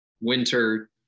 winter